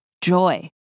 joy